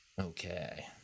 Okay